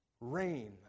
rain